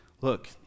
Look